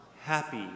happy